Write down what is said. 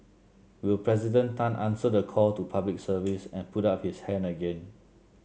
will President Tan answer the call to Public Service and put up his hand again